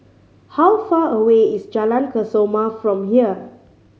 how far away is Jalan Kesoma from here